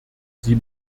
sie